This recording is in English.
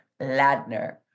Ladner